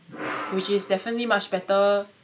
which is definitely much better